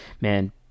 man